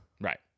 Right